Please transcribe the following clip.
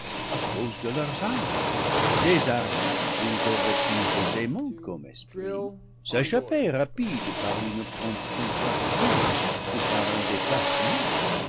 à cause de leurs armes désarmés ils auraient pu aisément comme esprits s'échapper rapides par une prompte contraction ou par un déplacement